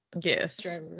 Yes